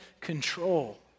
control